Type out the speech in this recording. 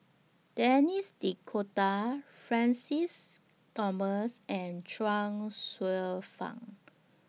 Denis D'Cotta Francis Thomas and Chuang Hsueh Fang